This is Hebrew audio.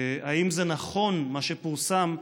האם נכון מה שפורסם,